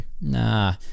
Nah